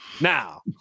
Now